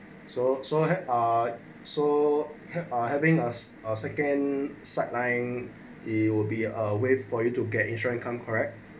so so had ah so have I having us or second side line it'll be a way for you to get ensuring come correct